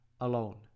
alone